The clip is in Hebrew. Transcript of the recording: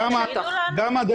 גם אותו